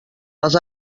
les